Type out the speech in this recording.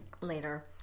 Later